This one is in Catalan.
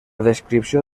descripció